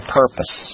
purpose